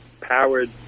powered